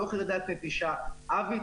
לא חרדת נטישה אבי,